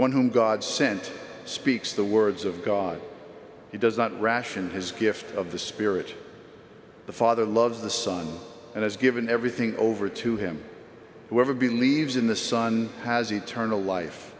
one whom god sent speaks the words of god he does not ration his gift of the spirit the father loves the son and has given everything over to him whoever believes in the son has eternal life